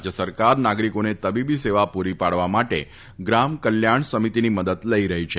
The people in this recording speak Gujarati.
રાજ્ય સરકાર નાગરિકોને તબીબી સેવા પૂરી પાડવા માટે ગામ કલ્યાણ સમિતિની મદદ લઈ રફી છે